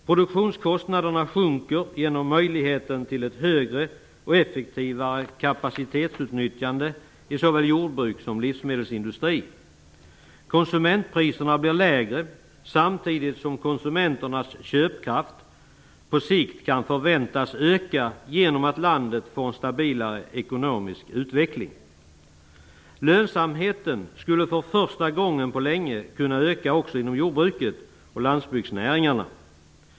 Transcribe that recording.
Produktionskostnaderna sjunker genom möjligheten till ett högre och effektivare kapacitetsutnyttjande i såväl jordbruk som livsmedelsindustri. Konsumentpriserna blir lägre samtidigt som konsumenternas köpkraft på sikt kan förväntas öka genom att landet får en stabilare ekonomisk utveckling. Lönsamheten kan för första gången på länge öka också inom jordbruket och landsbygdsnäringarna.